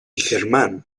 germán